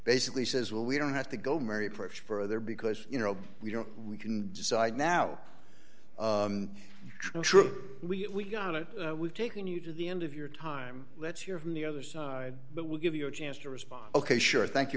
basically says well we don't have to go marry approach further because you know we don't we can decide now sure we got it we've taken you to the end of your time let's hear from the other side but we'll give you a chance to respond ok sure thank you